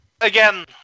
Again